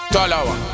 Talawa